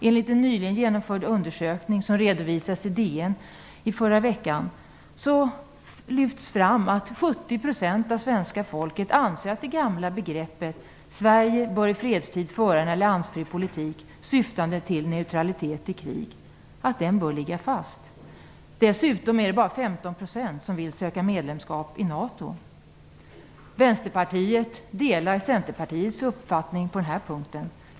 Enligt en nyligen genomförd undersökning, som redovisades i DN i förra veckan, anser 70 % av svenska folket att det gamla begreppet, dvs. att "Sverige bör i fredstid föra en alliansfri politik, syftande till neutralitet i krig", bör ligga fast. Dessutom är det bara 15 % som vill att Sverige skall söka medlemskap i NATO. Vänsterpartiet delar Centerpartiets uppfattning på den här punkten.